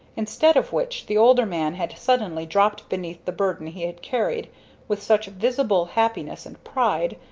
instead of which the older man had suddenly dropped beneath the burden he had carried with such visible happiness and pride,